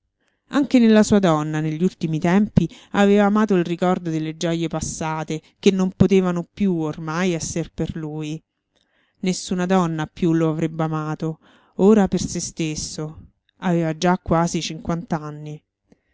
anche nella sua donna negli ultimi tempi aveva amato il ricordo delle gioje passate che non potevano più ormai esser per lui nessuna donna più lo avrebbe amato ora per se stesso aveva già quasi